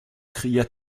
cria